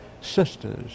sisters